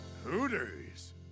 Hooters